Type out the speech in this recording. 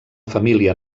família